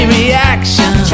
reaction